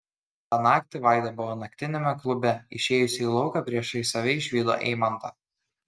tą naktį vaida buvo naktiniame klube išėjusi į lauką priešais save išvydo eimantą